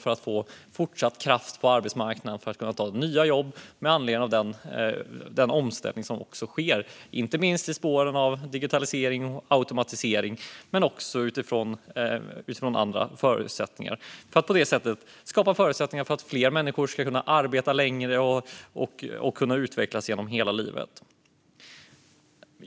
Så får man fortsatt kraft på arbetsmarknaden och kan ta nya jobb med anledning av den omställning som sker inte minst i spåren av digitalisering och automatisering. Så skapas förutsättningar för att fler människor ska kunna arbeta längre och utvecklas genom hela livet.